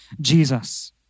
Jesus